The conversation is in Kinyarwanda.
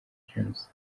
james